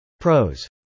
PROS